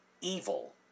evil